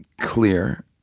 clear